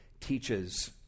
teaches